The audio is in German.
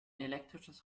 elektrisches